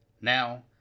Now